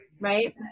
right